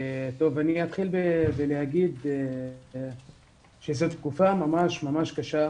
אתחיל בלומר שזו תקופה ממש ממש קשה,